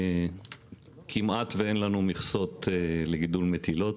כמעט ואין לנו מכסות לגידול מטילות.